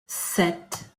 sept